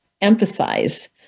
emphasize